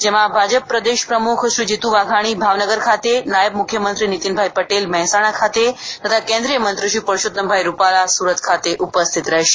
જેમાં ભાજપા પ્રદેશ પ્રમુખ શ્રી જીતુભાઇ વાઘાણી ભાવનગર ખાતે નાયબ મુખ્યમંત્રીશ્રી નીતિનભાઇ પટેલ મહેસાણા ખાતે તથા કેન્દ્રીય મંત્રીશ્રી પરષોત્તમભાઇ રૂપાલા સુરત ખાતે ઉપસ્થિત રહેશે